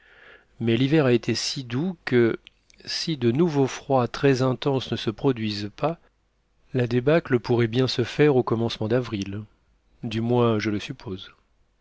mais l'hiver a été si doux que si de nouveaux froids très intenses ne se produisent pas la débâcle pourrait bien se faire au commencement d'avril du moins je le suppose